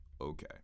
Okay